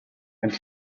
and